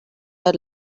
are